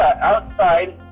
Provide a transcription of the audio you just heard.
outside